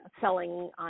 selling